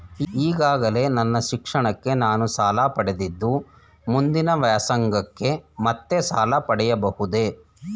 ಈಗಾಗಲೇ ನನ್ನ ಶಿಕ್ಷಣಕ್ಕೆ ನಾನು ಸಾಲ ಪಡೆದಿದ್ದು ಮುಂದಿನ ವ್ಯಾಸಂಗಕ್ಕೆ ಮತ್ತೆ ಸಾಲ ಪಡೆಯಬಹುದೇ?